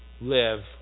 live